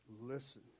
Listen